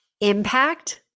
Impact